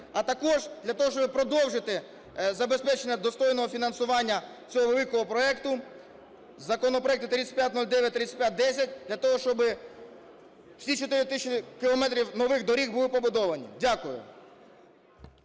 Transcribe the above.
а також для того, щоб продовжити забезпечення достойного фінансування цього великого проекту, законопроекти 3509, 3510, для того щоби всі 4 тисячі кілометрів нових доріг були побудовані. Дякую.